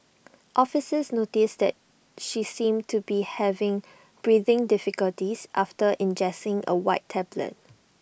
officers notices that she seemed to be having breathing difficulties after ingesting A white tablet